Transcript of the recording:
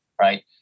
right